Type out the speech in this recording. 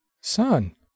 Son